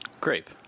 Grape